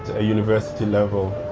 a university level.